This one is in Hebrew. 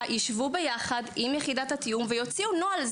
יישבו יחד עם יחידת התיאום ויוציאו נוהל.